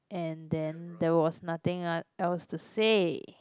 and then there was nothing uh else to say